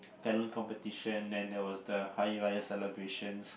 talent competition and there was the Hari-Raya celebrations